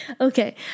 Okay